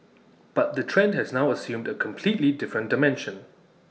but the trend has now assumed A completely different dimension